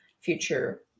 future